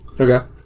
Okay